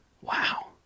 Wow